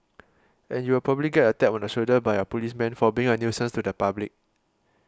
and you will probably get a tap on the shoulder by our policemen for being a nuisance to the public